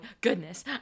goodness